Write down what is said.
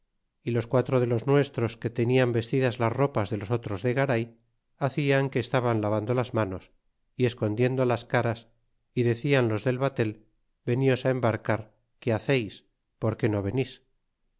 y los quatro de los nuestros que tenian vestidas las ropas de los otros de garay hacian que estaban lavando las manos y escondiendo las caras y decian los del batel veníos a embarcar qué haceis por que no vemis